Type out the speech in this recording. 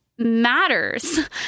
matters